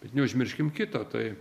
bet neužmirškim kito tai